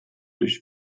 durch